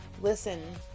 Listen